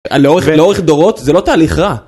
לאורך דורות זה לא תהליך רע